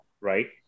right